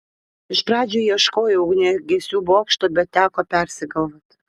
iš pradžių ieškojau ugniagesių bokšto bet teko persigalvoti